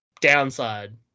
downside